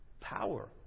Power